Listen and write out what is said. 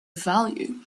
value